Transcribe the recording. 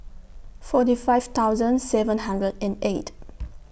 forty five thousand seven hundred and eight